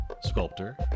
sculptor